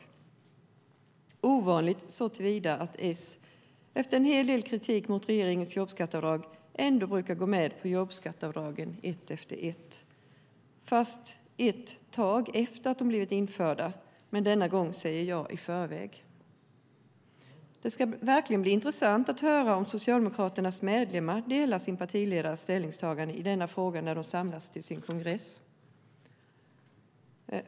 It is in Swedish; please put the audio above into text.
Detta är ovanligt eftersom S först efter en hel del kritik mot regeringens jobbskatteavdrag och ett tag efter att de har blivit införda brukar gå med på jobbskatteavdragen ett efter ett. Men denna gång säger Löfven ja i förväg. Det ska verkligen bli intressant att höra om Socialdemokraternas medlemmar delar sin partiledares ställningstagande i denna fråga när de samlas till sin kongress.